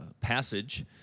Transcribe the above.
passage